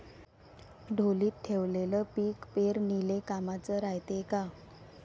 ढोलीत ठेवलेलं पीक पेरनीले कामाचं रायते का?